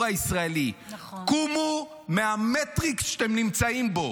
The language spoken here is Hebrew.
הישראלי: קומו מהמטריקס שאתם נמצאים בו,